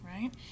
right